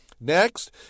Next